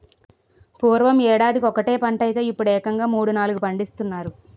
పూర్వం యేడాదికొకటే పంటైతే యిప్పుడేకంగా మూడూ, నాలుగూ పండిస్తున్నారు